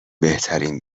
بهترین